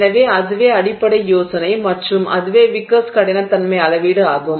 எனவே அதுவே அடிப்படை யோசனை மற்றும் அதுவே விக்கர்ஸ் கடினத்தன்மை அளவீடு ஆகும்